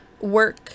work